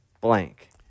blank